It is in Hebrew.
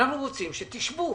אנחנו רוצים שתשבו.